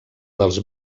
dels